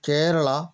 Kerala